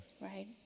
Right